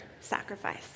sacrifice